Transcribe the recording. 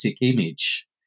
image